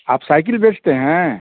आप साइकिल बेचते हैं